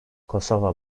kosova